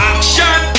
Action